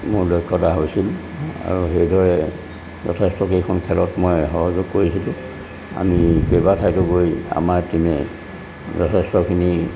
মোৰ দক্ষতা হৈছিল আৰু সেইদৰে যথেষ্ট কেইখন খেলত মই সহযোগ কৰিছিলোঁ আমি কেইবা ঠাইতো গৈ আমাৰ টীমে যথেষ্টখিনি